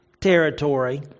territory